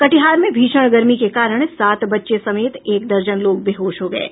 कटिहार में भीषण गर्मी के कारण सात बच्चे समेत एक दर्जन लोग बेहोश हो गये